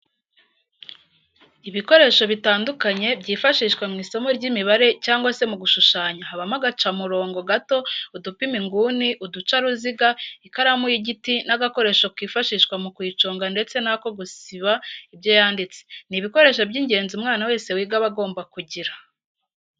Ibikoresho bitandukanye byifashishwa mu isomo ry'imibare cyangwa se mu gushushanya habamo agacamurongo gato, udupima inguni, uducaruziga, ikaramu y'igiti n'agakoresho kifashishwa mu kuyiconga ndetse n'ako gusiba ibyo yanditse, ni ibikoresho by'ingenzi umwana wese wiga aba agomba kugira.